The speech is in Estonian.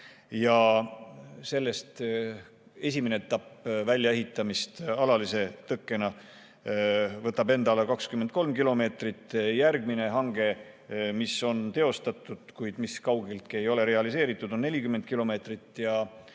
Sellest esimene etapp väljaehitamist alalise tõkkena võtab enda alla 23 kilomeetrit. Järgmine hange, mis on teostatud, kuid mis kaugeltki ei ole realiseeritud, on 40